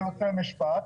אני רוצה לומר משפט.